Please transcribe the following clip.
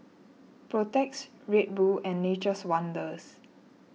Protex Red Bull and Nature's Wonders